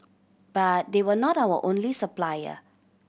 but they were not our only supplier